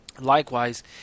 Likewise